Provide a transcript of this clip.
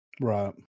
Right